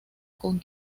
con